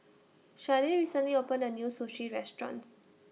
Sharde recently opened A New Sushi restaurants